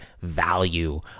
value